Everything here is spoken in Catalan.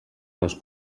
les